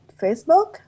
Facebook